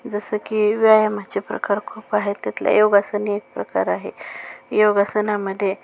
जसं की व्यायामाचे प्रकार खूप आहे त्यातला योगासन एक प्रकार आहे योगासनामध्ये